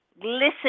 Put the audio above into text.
Listen